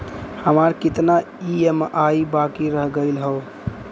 हमार कितना ई ई.एम.आई बाकी रह गइल हौ?